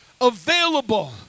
available